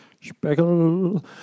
Speckle